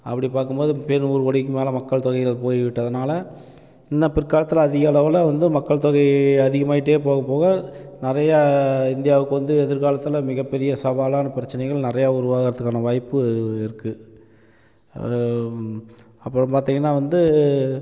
அப்படி பார்க்கும்போது இப்போயே நூறு கோடிக்கு மேல் மக்கள் தொகைகள் போய்விட்டதனால் இன்னும் பிற்காலத்தில் அதிகளவில் வந்து மக்கள் தொகை அதிகமாகிட்டே போக போக நிறையா இந்தியாவுக்கு வந்து எதிர்காலத்தில் மிகப்பெரிய சவாலான பிரச்சனைகள் நிறையா உருவாகுறதுக்கான வாய்ப்பு இருக்குது அப்புறம் பார்த்தீங்கன்னா வந்து